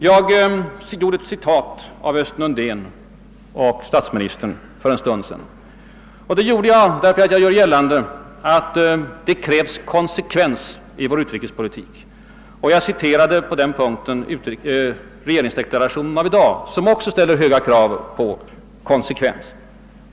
Jag citerade Östen Undén och statsministern för en stund sedan. Det gjorde jag därför att jag gör gällande, att det krävs konsekvens i vår utrikespolitik. Jag citerade på den punkten regeringsdeklarationen av i dag, som också ställer höga krav på konsekvens.